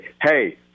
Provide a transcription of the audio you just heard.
Hey